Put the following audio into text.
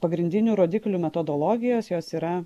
pagrindinių rodiklių metodologijos jos yra